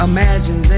Imagine